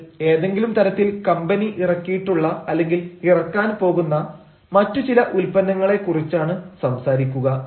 അത് ഏതെങ്കിലും തരത്തിൽ കമ്പനി ഇറക്കിയിട്ടുള്ള അല്ലെങ്കിൽ ഇറക്കാൻ പോകുന്ന മറ്റു ചില ഉൽപ്പന്നങ്ങളെ കുറിച്ചാണ് സംസാരിക്കുക